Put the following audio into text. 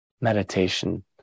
meditation